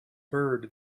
bird